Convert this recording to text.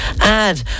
add